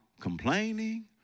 complaining